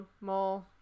Mall